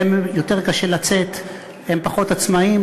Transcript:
להם יותר קשה לצאת, הם פחות עצמאיים.